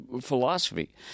philosophy